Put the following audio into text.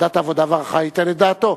ועדת העבודה והרווחה, ייתן עליהם את דעתו.